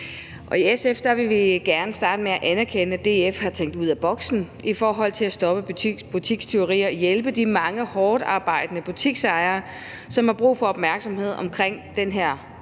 I SF vil vi gerne starte med at anerkende, at DF har tænkt ud af boksen i forhold til at stoppe butikstyveri og hjælpe de mange hårdtarbejdende butiksejere, som har brug for opmærksomhed om den her